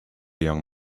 young